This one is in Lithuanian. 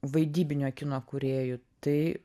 vaidybinio kino kūrėjų tai